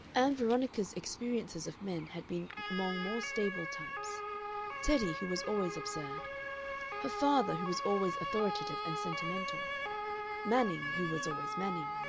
ann veronica's experiences of men had been among more stable types teddy, who was always absurd her father, who was always authoritative and sentimental manning, who was always manning.